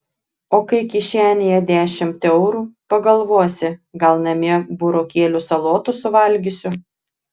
o kai kišenėje dešimt eurų pagalvosi gal namie burokėlių salotų suvalgysiu